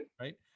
right